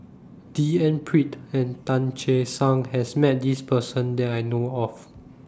D N Pritt and Tan Che Sang has Met This Person that I know of